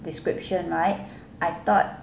description right I thought